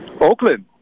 Oakland